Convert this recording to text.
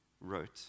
wrote